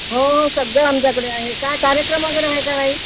हो सगळं आमच्याकडे आहे काय कार्यक्रम वगैरे हाय का काही